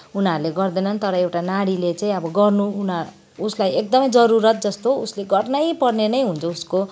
उनीहरूले गर्दैनन् तर एउटा नारीले चाहिँ गर्नु उनी उसलाई एकदमै जरुरत जस्तो उसले गर्नै पर्ने नै हुन्छ उसको